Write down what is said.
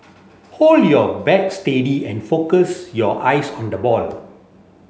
hold your bat steady and focus your eyes on the ball